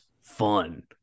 fun